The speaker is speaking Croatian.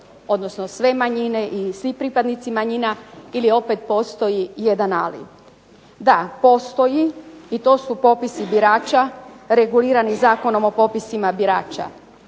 odnosno sve manjine ili svi pripadnici manjina ili opet postoji jedan ali? Da, postoji i to su popisi birača regulirani Zakonom o popisima birača.